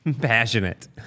Passionate